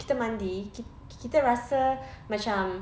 kita mandi kita rasa macam